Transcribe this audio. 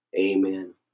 Amen